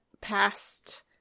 past